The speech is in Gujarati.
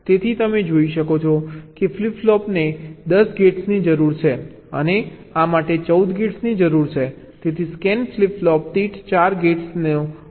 તેથી તમે જોઈ શકો છો કે ફ્લિપ ફ્લોપને 10 ગેટ્સની જરૂર છે અને આ માટે 14 ગેટ્સની જરૂર છે તેથી સ્કેન ફ્લિપ ફ્લોપ દીઠ 4 ગેટ્સનો ઓવરહેડ છે